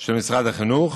של משרד החינוך.